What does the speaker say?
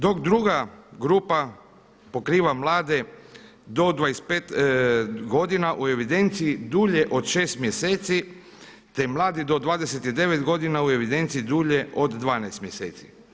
Dok druga grupa pokriva mlade do 25 godina u evidenciji dulje od 6 mjeseci, te mladi do 29 godina u evidenciji dulje od 12 mjeseci.